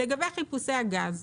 לגבי חיפושי הגז,